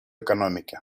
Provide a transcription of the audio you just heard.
экономики